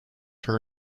her